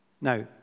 Now